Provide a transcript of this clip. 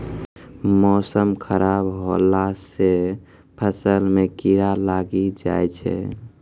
मौसम खराब हौला से फ़सल मे कीड़ा लागी जाय छै?